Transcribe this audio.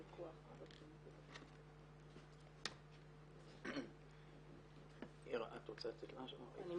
הייתי